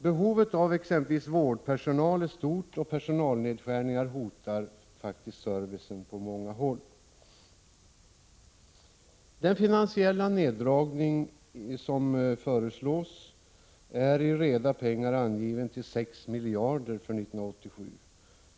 Behovet av exempelvis vårdpersonal är stort, och personalnedskärningar hotar faktiskt servicen på många håll. Den finansiella neddragning som föreslås är i reda pengar angiven till 6 miljarder för 1987.